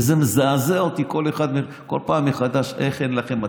וזה מזעזע אותי כל פעם מחדש איך אין לכם מצפון.